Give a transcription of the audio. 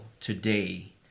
today